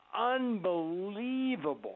unbelievable